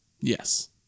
Yes